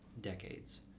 decades